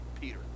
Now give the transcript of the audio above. Peter